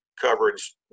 coverage